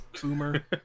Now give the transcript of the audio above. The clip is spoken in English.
Boomer